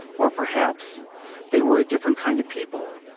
or perhaps they were a different kind of people.